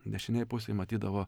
dešinėj pusėje matydavo